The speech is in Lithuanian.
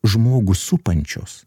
žmogų supančios